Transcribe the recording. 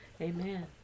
Amen